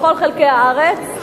בכל חלקי הארץ,